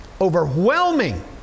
overwhelming